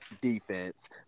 defense